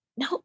No